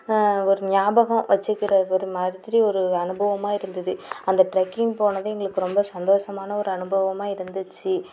ஒரு நியாபகமாக வச்சுக்கிற ஒரு மாதிரி ஒரு அனுபவமாக இருந்தது அந்த ட்ரெக்கிங் போனது எங்களுக்கு ரொம்ப சந்தோஷமான ஒரு அனுபவமாக இருந்துச்சு